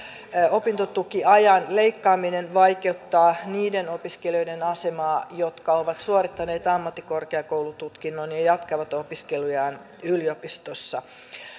opintotukiajan leikkaaminen vaikeuttaa niiden opiskelijoiden asemaa jotka ovat suorittaneet ammattikorkeakoulututkinnon ja ja jatkavat opiskelujaan yliopistossa